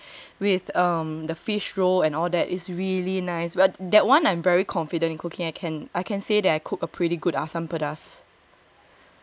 yeah and naturally with um the fish roe and all that is really nice but that one I'm very confident in cooking I can I can say that I cook a pretty good asam pedas